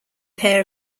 pair